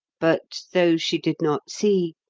but, though she did not see,